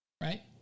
right